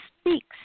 speaks